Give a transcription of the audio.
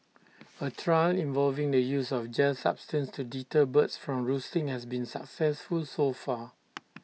A trial involving the use of gel substance to deter birds from roosting has been successful so far